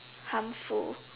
harmful